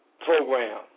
program